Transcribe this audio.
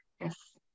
Yes